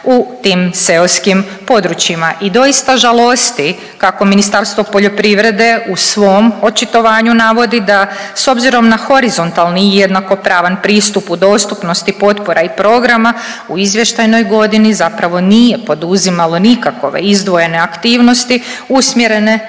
u tim seoskim područjima. I doista žalosti kako Ministarstvo poljoprivrede u svom očitovanju navodi da s obzirom na horizontalni i jednakopravan pristup u dostupnosti potpora i programa u izvještajnoj godini zapravo nije poduzimalo nikakove izdvojene aktivnosti usmjerene